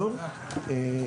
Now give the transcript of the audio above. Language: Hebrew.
ננעלה